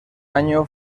año